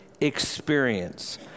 experience